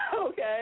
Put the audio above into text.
Okay